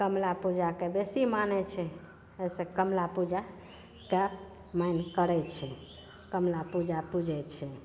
कमला पूजाकेँ बेसी मानै छै ओसभ कमला पूजाकेँ मानि करै छै कमला पूजा पुजै छै